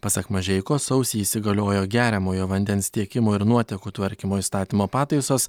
pasak mažeikos sausį įsigaliojo geriamojo vandens tiekimo ir nuotekų tvarkymo įstatymo pataisos